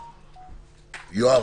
יואב,